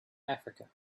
africa